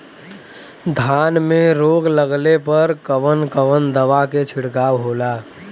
धान में रोग लगले पर कवन कवन दवा के छिड़काव होला?